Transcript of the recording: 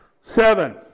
Seven